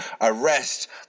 arrest